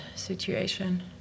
situation